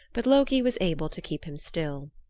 but loki was able to keep him still.